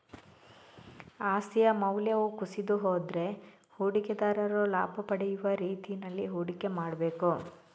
ಆಸ್ತಿಯ ಮೌಲ್ಯವು ಕುಸಿದು ಹೋದ್ರೆ ಹೂಡಿಕೆದಾರರು ಲಾಭ ಪಡೆಯುವ ರೀತಿನಲ್ಲಿ ಹೂಡಿಕೆ ಮಾಡ್ಬೇಕು